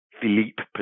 Philippe